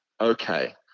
okay